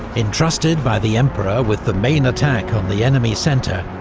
entrusted by the emperor with the main attack on the enemy centre,